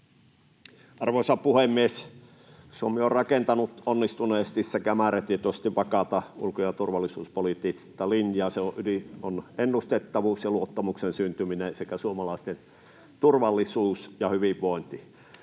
Arvoisa puhemies! Suomi on rakentanut onnistuneesti sekä määrätietoisesti vakaata ulko- ja turvallisuuspoliittista linjaa. Sen ydin on ennustettavuus ja luottamuksen syntyminen sekä suomalaisten turvallisuus ja hyvinvointi.